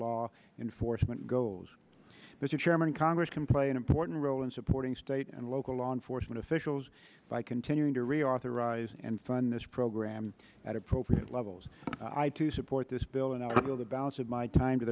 law enforcement goals mr chairman congress can play an important role in supporting state and local law enforcement officials by continuing to reauthorize and fund this program at appropriate levels i to support this bill and the balance of my time to